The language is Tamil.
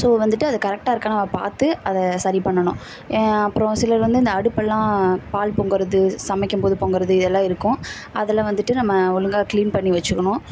ஸோ வந்துட்டு அதை கரெக்டாக இருக்கானு நம்ம பார்த்து அதை சரி பண்ணணும் அப்புறம் சிலர் வந்து இந்த அடுப்பெலாம் பால் பொங்குறது சமைக்கும்போது பொங்குறது இது எல்லாம் இருக்கும் அதில் வந்துட்டு நம்ம ஒழுங்கா க்ளீன் பண்ணி வச்சுக்கணும்